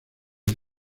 del